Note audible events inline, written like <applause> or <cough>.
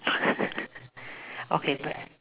<laughs> okay back